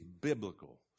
biblical